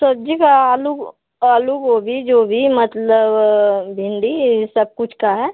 सब्जी का आलू आलू गोभी जो भी मतलब भिंडी सब कुछ का है